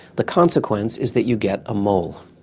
the consequence is that you get a mole,